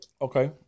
okay